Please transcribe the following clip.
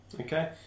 Okay